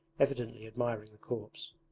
evidently admiring the corpse.